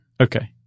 Okay